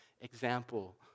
example